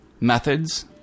methods